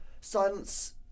Silence